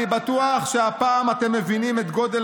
אני בטוח שהפעם אתם מבינים את גודל